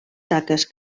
taques